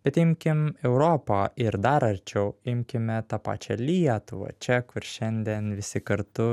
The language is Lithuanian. bet imkim europą ir dar arčiau imkime tą pačią lietuvą čia kur šiandien visi kartu